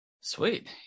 sweet